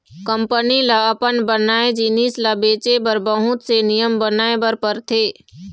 company ल अपन बनाए जिनिस ल बेचे बर बहुत से नियम बनाए बर परथे